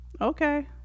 Okay